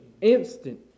Instant